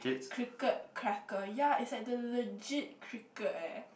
cricket cracker yeah is at the legit cricket eh